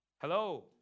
Hello